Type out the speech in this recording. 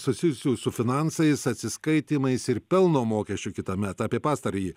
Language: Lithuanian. susijusių su finansais atsiskaitymais ir pelno mokesčiu kitąmet apie pastarąjį